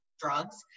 drugs